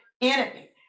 enemy